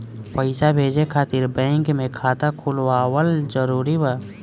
पईसा भेजे खातिर बैंक मे खाता खुलवाअल जरूरी बा?